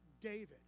David